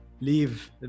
leave